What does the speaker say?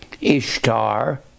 Ishtar